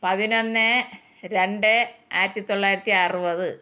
പതിനൊന്ന് രണ്ട് ആയിരത്തി തൊള്ളായിരത്തി അറുപത്